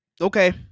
Okay